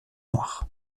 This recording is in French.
noire